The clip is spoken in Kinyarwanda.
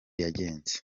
yagenze